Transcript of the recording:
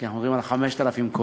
כי אנחנו מדברים על 5,000 קודם,